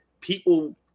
people –